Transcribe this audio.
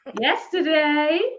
yesterday